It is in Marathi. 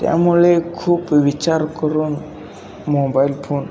त्यामुळे खूप विचार करून मोबाइल फोन